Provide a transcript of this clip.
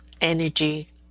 energy